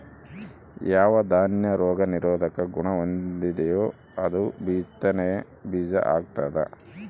ಯಾವ ದಾನ್ಯ ರೋಗ ನಿರೋಧಕ ಗುಣಹೊಂದೆತೋ ಅದು ಬಿತ್ತನೆ ಬೀಜ ವಾಗ್ತದ